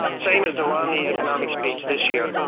same as the romney economic speech this year,